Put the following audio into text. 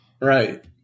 Right